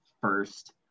first